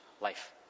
life